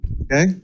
Okay